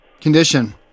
condition